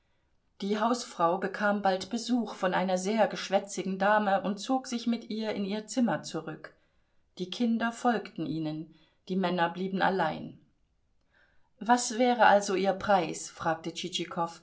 die hausfrau bekam bald besuch von einer sehr geschwätzigen dame und zog sich mit ihr in ihr zimmer zurück die kinder folgten ihnen die männer blieben allein was wäre also ihr preis fragte